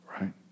right